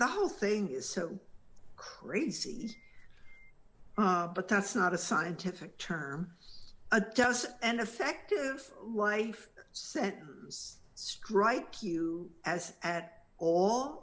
the whole thing is so crazy but that's not a scientific term a does an effective life sentence stripey you as at all